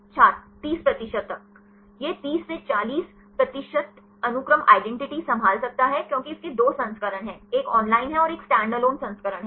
छात्र 30 प्रतिशत तक यह 30 से 40 प्रतिशत अनुक्रम आइडेंटिटी संभाल सकता है क्योंकि इसके दो संस्करण हैं एक ऑनलाइन है और एक स्टैंडअलोन संस्करण है